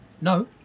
No